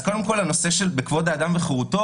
קודם כל, הנושא של כבוד האדם וחירותו.